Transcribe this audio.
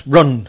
Run